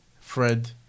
Fred